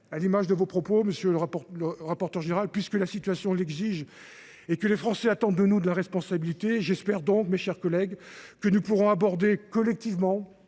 propos en commission, monsieur le rapporteur général, puisque la situation l’exige et que les Français attendent de nous de la responsabilité, j’espère, mes chers collègues, que nous pourrons aborder collectivement